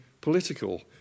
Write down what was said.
political